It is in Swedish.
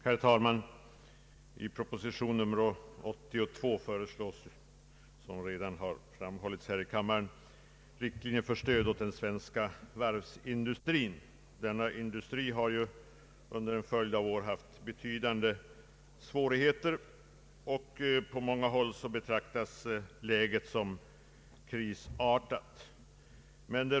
Herr talman! I proposition nr 82 föreslås riktlinjer för stöd åt den svenska varvsindustrin. Denna industri har under en följd av år haft betydande svårigheter, och på många håll betraktas läget som krisartat.